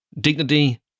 dignity